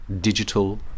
digital